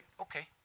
okay